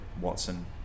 Watson